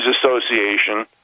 Association